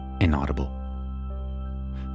inaudible